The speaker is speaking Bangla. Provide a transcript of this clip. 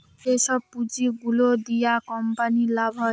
যেসব পুঁজি গুলো দিয়া কোম্পানির লাভ হয়